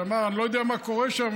שאמר: אני לא יודע מה קורה שם,